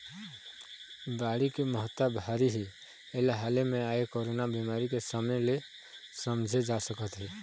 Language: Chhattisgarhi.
बाड़ी के महत्ता भारी हे एला हाले म आए कोरोना बेमारी के समे ले समझे जा सकत हे